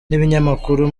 n’ibinyamakuru